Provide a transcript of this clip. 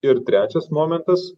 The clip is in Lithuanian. ir trečias momentas